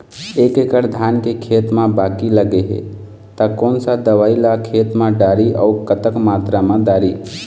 एक एकड़ धान के खेत मा बाकी लगे हे ता कोन सा दवई ला खेत मा डारी अऊ कतक मात्रा मा दारी?